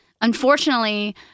Unfortunately